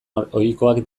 ohikoak